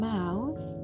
Mouth